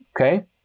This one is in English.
okay